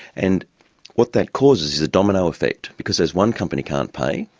and what that causes is a domino effect, because as one company can't pay,